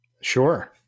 Sure